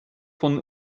von